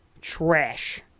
Trash